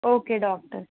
okay doctor